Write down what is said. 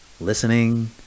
listening